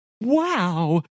Wow